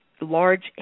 large